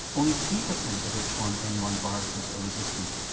only three percent of h one n one viruses are resistant.